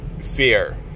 fear